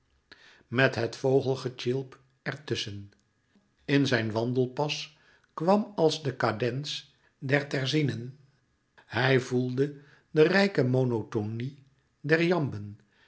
met het vogelgetjilp er tusschen in zijn wandelpas kwam als de cadèns der terzinen hij voelde de rijke monotonie der